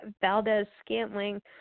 Valdez-Scantling